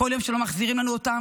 כל יום שלא מחזירים לנו אותם,